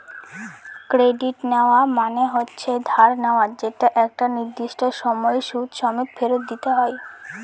credit নেওয়া মানে হচ্ছে ধার নেওয়া যেটা একটা নির্দিষ্ট সময় সুদ সমেত ফেরত দিতে হয়